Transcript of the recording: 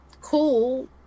cool